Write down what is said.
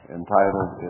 entitled